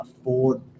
afford